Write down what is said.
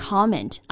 Comment